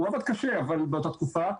הוא עבד קשה באותה תקופה,